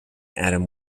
atom